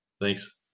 Thanks